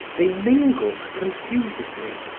they mingled confusedly,